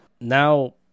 Now